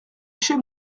chez